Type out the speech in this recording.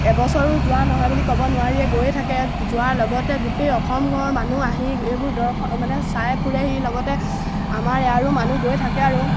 এবছৰো যোৱা নহয় বুলি ক'ব নোৱাৰিয়ে গৈ থাকে যোৱাৰ লগতে গোটেই অসম ঘৰ মানুহ আহি এইবোৰ দৰ্শন মানে চাই ফুৰেহি লগতে আমাৰ ইয়াৰো মানুহ গৈ থাকে আৰু